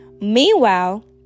Meanwhile